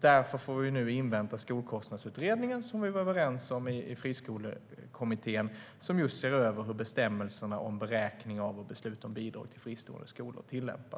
Därför får vi nu invänta Skolkostnadsutredningen, som vi var överens om i Friskolekommittén, vilken ser över just hur bestämmelserna för beräkning av och beslut om bidrag till fristående skolor ska tillämpas.